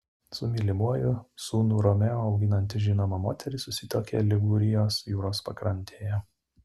su mylimuoju sūnų romeo auginanti žinoma moteris susituokė ligūrijos jūros pakrantėje